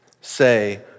say